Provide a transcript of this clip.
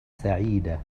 سعيدة